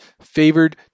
favored